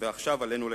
ועכשיו עלינו לקיים.